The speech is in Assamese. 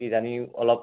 কিজানি অলপ